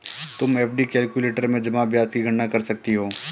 तुम FD calculator में जमा ब्याज की गणना कर सकती हो